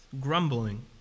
Grumbling